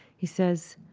he says,